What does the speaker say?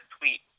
tweet